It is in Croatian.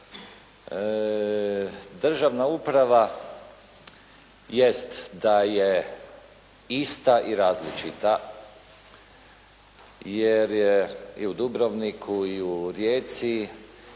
državna uprava jest da je ista i različita, jer je u Dubrovniku i u Rijeci,